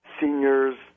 seniors